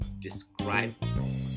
describe